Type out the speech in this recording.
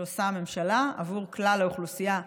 שעושה הממשלה עבור כלל האוכלוסייה,